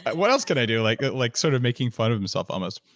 but what else can i do? like like sort of making fun of himself almost.